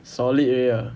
solid already ah